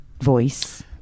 voice